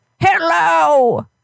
Hello